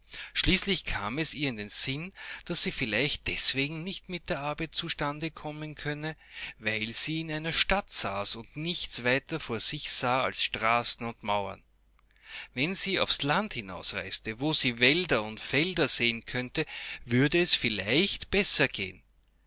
schreiben daß es ihr schwerwurde dengedankenganzaufzugeben schließlichkamesihrinden sinn daß sie vielleicht deswegen nicht mit der arbeit zustande kommen könne weil sie in einer stadt saß und nichts weiter vor sich sah als straßen und mauern wenn sie aufs land hinausreiste wo sie wälder und felder sehenkönne würdeesvielleichtbessergehen